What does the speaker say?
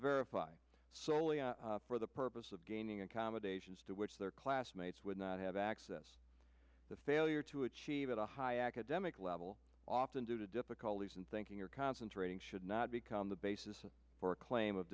verify soley for the purpose of gaining accommodations to which their classmates would not have access the failure to achieve a high academic level often due to difficulties in thinking or concentrating should not become the basis for a claim of